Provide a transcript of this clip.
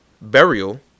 burial